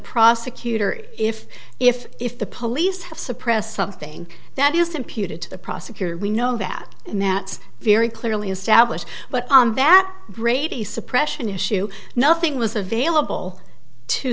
prosecutor is if if if the police have suppressed something that is imputed to the prosecutor we know that and that's very clearly established but that brady suppression issue nothing was available to